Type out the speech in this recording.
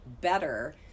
better